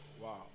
Wow